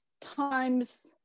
time's